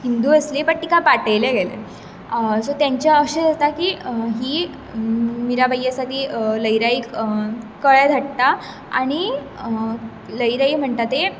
हिंदू आसली बट तिका भाटयले गेलें सो तेंचें अशें जाता की मिराबाइ आसा ती लइराईक कळे धाडटा आनी लइराई म्हणटात ती